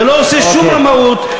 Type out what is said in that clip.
זה לא עושה שום רמאות.